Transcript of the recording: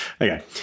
Okay